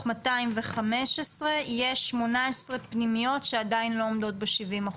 215 יש 18 פנימיות שעדיין לא עומדות ב-70%,